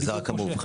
וזה רק המאובחנים.